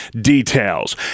details